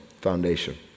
foundation